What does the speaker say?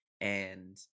And-